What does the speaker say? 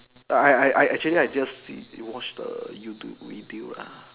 I I I I actually I just see watch the YouTube video lah